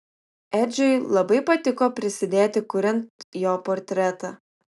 edžiui labai patiko prisidėti kuriant jo portretą